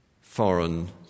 foreign